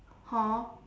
hor